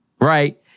right